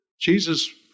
Jesus